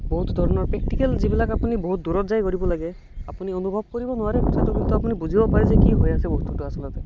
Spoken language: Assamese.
বহুতো ধৰণৰ প্ৰক্টিকেলবিলাক আপুনি বহুত দূৰত যাই কৰিব লাগে আপুনি অনুভৱ কৰিব নোৱাৰে কথাটো কিন্তু আপুনি বুজিব পাৰে যে কি হৈ আছে